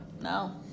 no